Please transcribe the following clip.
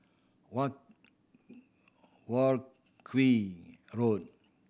War War Road